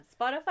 Spotify